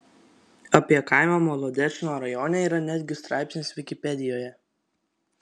apie kaimą molodečno rajone yra netgi straipsnis vikipedijoje